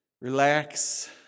relax